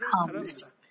comes